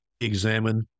examine